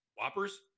Whoppers